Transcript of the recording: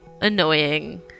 annoying